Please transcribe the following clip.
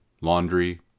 laundry